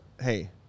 hey